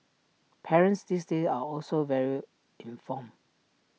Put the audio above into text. parents these days are also very informed